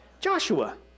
Joshua